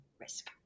risk